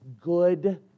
good